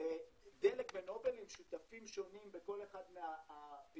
דלק ונובל הם שותפים שונים בכל אחת מהפעילויות,